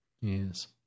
Yes